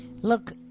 look